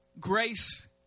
Grace